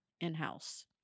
in-house